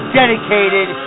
dedicated